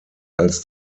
als